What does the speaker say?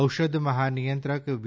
ઔષધ મહાનિયંત્રક વી